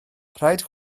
rhaid